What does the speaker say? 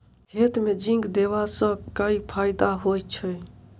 खेत मे जिंक देबा सँ केँ फायदा होइ छैय?